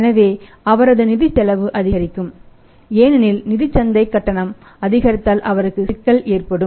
எனவே அவரது நிதிச் செலவு அதிகரிக்கும் ஏனெனில் நிதிச் சந்தை கட்டணம் அதிகரித்ததால் அவருக்கு சிக்கல் ஏற்படும்